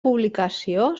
publicació